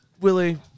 Willie